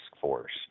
force